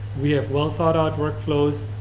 we have well thought out work clothes,